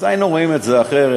היינו רואים את זה אחרת.